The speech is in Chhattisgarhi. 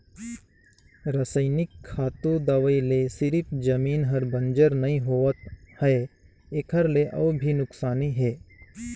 रसइनिक खातू, दवई ले सिरिफ जमीन हर बंजर नइ होवत है एखर ले अउ भी नुकसानी हे